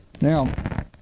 Now